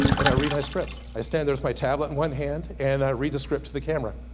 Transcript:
and i read my script. i stand there with my tablet in one hand, and i read the script to the camera.